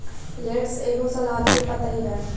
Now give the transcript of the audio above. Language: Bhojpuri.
लेट्स एगो सलाद के पतइ ह